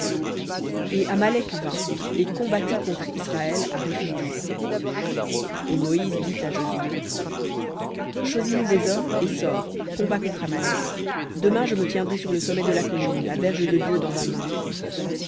et amalek vint et combattit contre israël à rephidim et moïse dit à josué choisis nous des hommes et sors combats contre amalek demain je me tiendrai sur le sommet de la colline la verge de dieu dans ma main